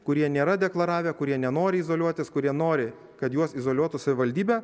kurie nėra deklaravę kurie nenori izoliuotis kurie nori kad juos izoliuotų savivaldybė